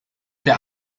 der